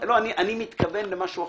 אני מתכוון למשהו אחר.